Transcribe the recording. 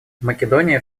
македония